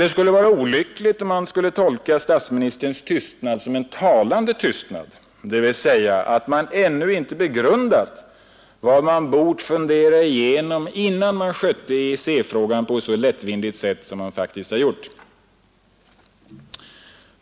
Det vore olyckligt om statsministerns svar skulle behöva tolkas som en talande tystnad — dvs. att regeringen ännu inte begrundat vad den bort fundera igenom innan den skötte EEC-frågan på ett så lättvindigt sätt som den faktiskt gjort.